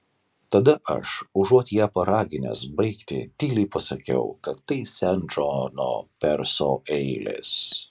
tada aš užuot ją paraginęs baigti tyliai pasakiau kad tai sen džono perso eilės